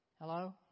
Hello